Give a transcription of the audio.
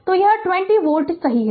तो यह 20 वोल्ट सही है